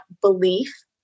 belief